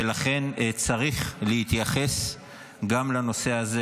ולכן צריך להתייחס גם לנושא הזה.